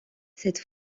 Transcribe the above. cette